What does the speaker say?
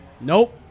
Nope